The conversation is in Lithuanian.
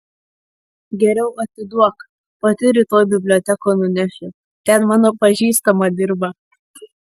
geriau atiduok pati rytoj bibliotekon nunešiu ten mano pažįstama dirba